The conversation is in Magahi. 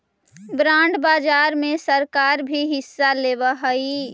बॉन्ड बाजार में सरकार भी हिस्सा लेवऽ हई